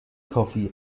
کافی